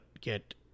get